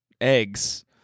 eggs